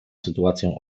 sytuacją